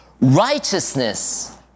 righteousness